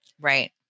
Right